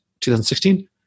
2016